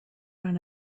run